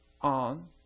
on